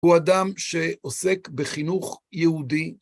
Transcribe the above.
הוא אדם שעוסק בחינוך יהודי.